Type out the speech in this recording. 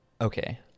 okay